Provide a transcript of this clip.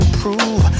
prove